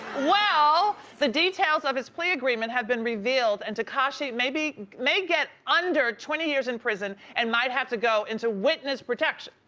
well, the details of his plea agreement have been revealed and tekashi may get under twenty years in prison and might have to go into witness protection.